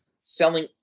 selling